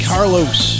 Carlos